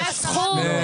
זה הסכום.